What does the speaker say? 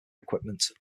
equipment